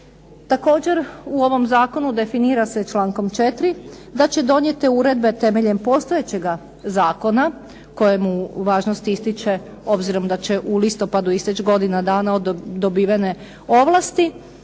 Također, u ovom zakonu definira se člankom 4. da će donijete uredbe temeljem postojećega zakona kojemu važnost ističe obzirom da će u listopadu isteći godina dana od dobivene ovlasti,